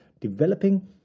developing